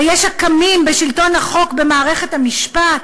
ויש הקמים על שלטון החוק, מערכת המשפט.